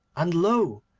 and lo!